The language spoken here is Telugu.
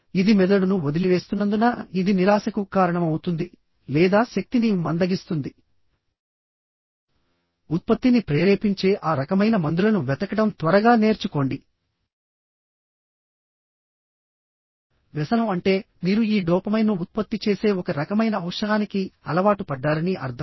ఇది మెదడును వదిలివేస్తున్నందున ఇది నిరాశకు కారణమవుతుంది లేదా శక్తిని మందగిస్తుంది ఉత్పత్తిని ప్రేరేపించే ఆ రకమైన మందులను వెతకడం త్వరగా నేర్చుకోండి వ్యసనం అంటే మీరు ఈ డోపమైన్ను ఉత్పత్తి చేసే ఒక రకమైన ఔషధానికి అలవాటు పడ్డారని అర్థం